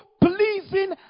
pleasing